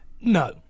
No